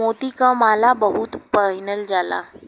मोती क माला बहुत पहिनल जाला